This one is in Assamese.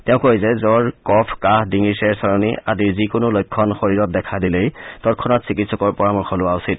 তেওঁ কয় যে জ্বৰ কফ কাহ ডিঙিৰ চেৰচেৰণি আদিৰ যিকোনো লক্ষণ শৰীৰত দেখা দিলেই তৎক্ষণাত চিকিৎসকৰ পৰামৰ্শ লোৱা উচিত